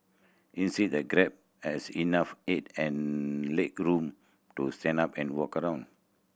inside the cab has enough head and legroom to stand up and walk around